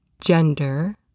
gender